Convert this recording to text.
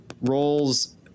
roles